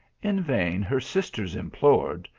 in vain her sisters implored,